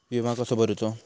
विमा कसो भरूचो?